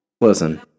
Listen